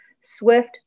swift